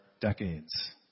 decades